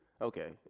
Okay